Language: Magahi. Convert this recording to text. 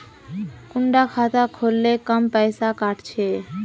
कुंडा खाता खोल ले कम पैसा काट छे?